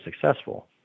successful